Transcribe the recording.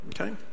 okay